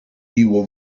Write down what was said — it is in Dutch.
nieuwe